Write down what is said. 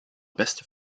beste